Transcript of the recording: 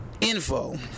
info